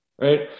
right